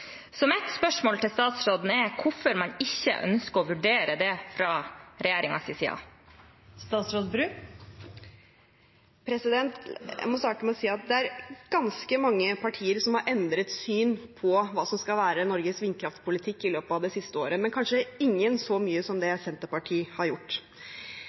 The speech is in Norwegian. Mitt spørsmål til statsråden er hvorfor man ikke ønsker å vurdere det fra regjeringens side. Jeg må starte med å si at det er ganske mange partier som har endret syn på hva som skal være Norges vindkraftpolitikk, i løpet av det siste året, men kanskje ingen så mye som Senterpartiet. Det